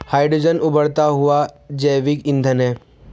hydrogen उबरता हुआ जैविक ईंधन है